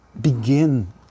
begin